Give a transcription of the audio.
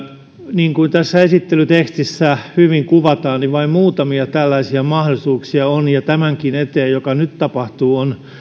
niin kuin tässä esittelytekstissä hyvin kuvataan vain muutamia tällaisia mahdollisuuksia on ja tämänkin eteen joka nyt tapahtuu on